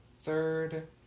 third